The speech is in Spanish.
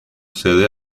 sede